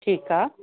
ठीकु आहे